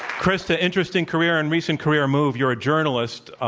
chrystia, interesting career and recent career move. you're a journalist.